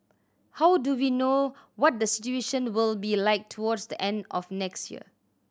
how do we know what the situation will be like towards the end of next year